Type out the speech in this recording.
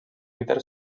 líder